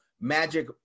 magic